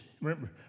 remember